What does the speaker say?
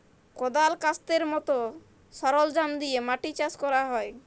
কদাল, ক্যাস্তের মত সরলজাম দিয়ে মাটি চাষ ক্যরা হ্যয়